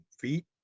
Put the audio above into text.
feet